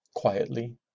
quietly